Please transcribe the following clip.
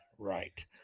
right